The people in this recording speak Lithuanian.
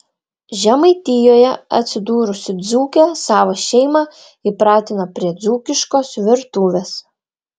žemaitijoje atsidūrusi dzūkė savo šeimą įpratino prie dzūkiškos virtuvės